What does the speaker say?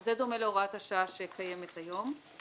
זה דומה להוראת השעה שקיימת היום.